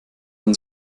man